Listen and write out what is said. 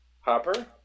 Hopper